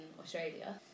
Australia